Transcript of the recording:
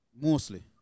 Mostly